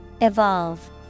Evolve